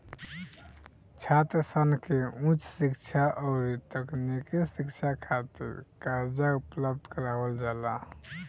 छात्रसन के उच शिक्षा अउरी तकनीकी शिक्षा खातिर कर्जा उपलब्ध करावल जाला